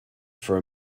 for